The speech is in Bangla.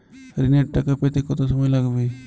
ঋণের টাকা পেতে কত সময় লাগবে?